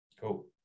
Cool